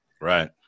Right